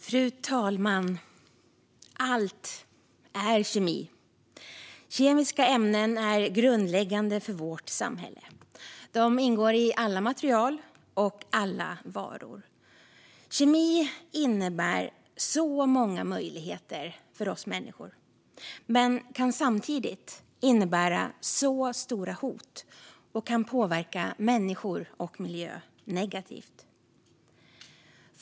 Fru talman! Allt är kemi. Kemiska ämnen är grundläggande för vårt samhälle. De ingår i alla material och alla varor. Kemi innebär många möjligheter för oss människor men kan samtidigt innebära stora hot och påverka människor och miljö negativt.